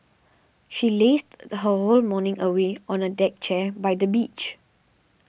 she lazed the her whole morning away on a deck chair by the beach